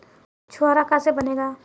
छुआरा का से बनेगा?